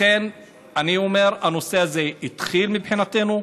לכן אני אומר: הנושא הזה התחיל, מבחינתנו.